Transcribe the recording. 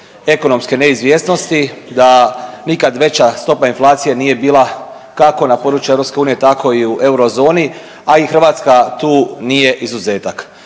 ekonomske neizvjesnosti, da nikad veća stopa inflacije nije bila, kako na području EU, tako i u eurozoni, a i Hrvatska tu nije izuzetak.